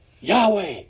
Yahweh